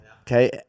Okay